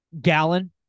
Gallon